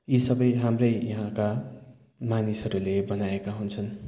यी सबै हाम्रै यहाँका मानिसहरूले बनाएका हुन्छन्